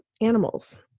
animals